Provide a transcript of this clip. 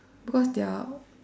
because their